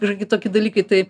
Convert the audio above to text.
ir kitokie dalykai tai